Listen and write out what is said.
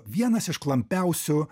vienas iš klampiausių